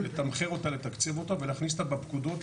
לתמחר אותה, לתקצב אותה ולהכניס אותה בפקודות